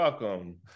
Welcome